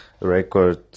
record